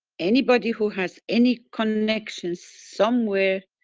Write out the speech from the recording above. anybody who has any connections somewhere,